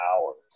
hours